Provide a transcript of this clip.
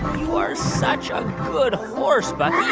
you are such a good horse, but